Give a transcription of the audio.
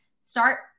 start